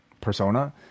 persona